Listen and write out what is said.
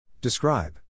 Describe